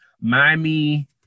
Miami –